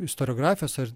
istoriografijos ar